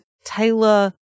Taylor